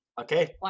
okay